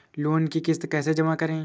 Loan की किश्त कैसे जमा करें?